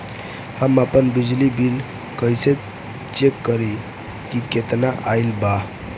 हम आपन बिजली बिल कइसे चेक करि की केतना आइल बा?